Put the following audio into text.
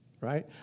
right